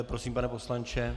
Prosím, pane poslanče.